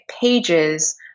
pages